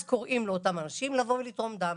אז קוראים לאותם אנשים לבוא ולתרום דם.